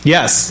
Yes